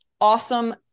awesome